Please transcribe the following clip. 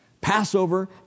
Passover